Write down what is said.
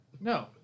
No